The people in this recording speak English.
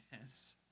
Yes